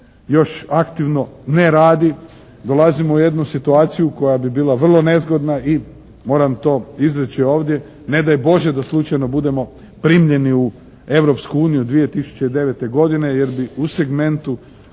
još aktivno ne radi dolazimo u jednu situaciju koja bi bila vrlo nezgodna i moram to izreći ovdje, ne daj Bože da slučajno budemo primljeni u Europsku uniju 2009. godine jer bi u segmentu